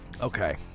okay